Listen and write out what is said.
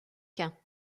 quint